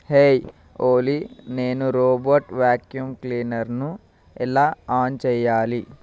hey ఓలీ నేను robot vacuum క్లీనర్ను ఎలా ఆన్ చేయాలి